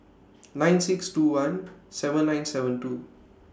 nine six two one seven nine seven two